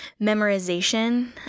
memorization